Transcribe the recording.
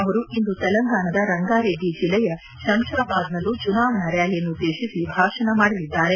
ಅವರು ಇಂದು ತೆಲಂಗಾಣದ ರಂಗಾರೆಡ್ಡಿ ಜಿಲ್ಲೆಯ ಶಂಷಾಬಾದ್ನಲ್ಲೂ ಚುನಾವಣಾ ರ್ಕಾಲಿಯನ್ನು ಉದ್ದೇಶಿಸಿ ಭಾಷಣ ಮಾಡಲಿದ್ದಾರೆ